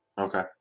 Okay